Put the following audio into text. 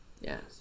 Yes